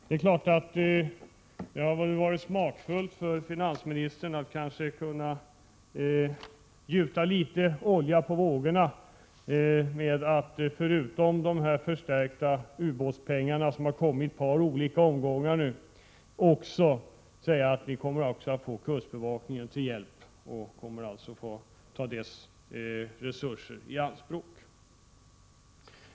Det är klart att det har varit smakfullt för finansministern att kunna gjuta litet olja på vågorna genom att förutom pengar till förstärkning av ubåtsskyddet, som kommit i ett par omgångar, kunna säga: Ni kommer också att få kustbevakningen till hjälp och kunna ta dess resurser i anspråk.